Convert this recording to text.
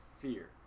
Fear